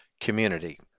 community